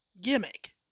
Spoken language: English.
gimmick